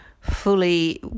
fully